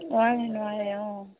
নোৱাৰে নোৱাৰে অঁ